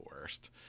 worst